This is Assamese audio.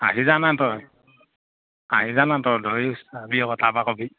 আহি জানা তই আহি জানা তই ধৰি তাৰ পৰা কবি